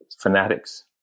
fanatics